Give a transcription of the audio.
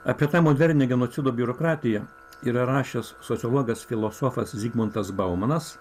apie tą modernią genocido biurokratiją yra rašęs sociologas filosofas zigmuntas baumanas